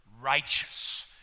righteous